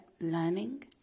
learning